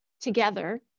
together